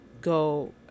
go